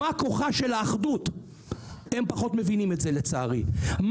שפחות מבינים את זה לצערי,